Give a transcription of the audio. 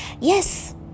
Yes